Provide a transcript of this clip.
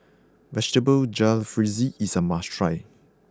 Vegetable Jalfrezi is a must try